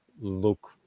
look